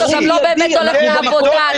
באמת הולך לעבודה.